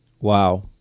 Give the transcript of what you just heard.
Wow